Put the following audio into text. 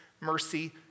mercy